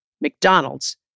McDonald's